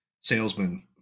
salesman